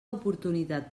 oportunitat